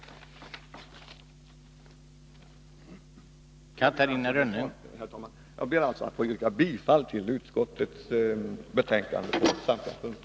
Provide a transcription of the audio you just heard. Herr talman! Jag yrkar bifall till utskottets hemställan på samtliga punkter.